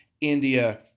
India